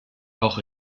auch